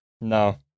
No